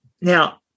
now